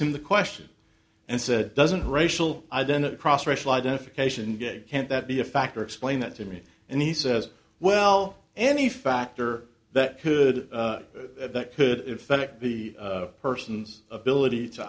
the question and said doesn't racial identity across racial identification get can't that be a factor explain that to me and he says well any factor that could that could effect the person's ability to